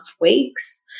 weeks